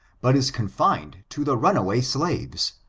but is confined to the runaway slaves,